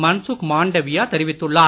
மன்சுக் மாண்டவியா தெரிவித்துள்ளார்